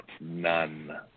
None